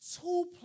two